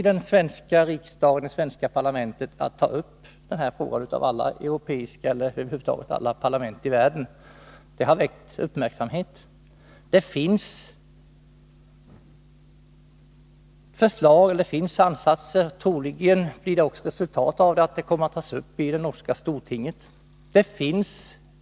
Det svenska parlamentet var först av alla parlament i världen att ta upp denna fråga. Det har väckt uppmärksamhet. Ansatser — troligen kommer de att medföra resultat — att ta upp frågan förekommer i norska stortinget.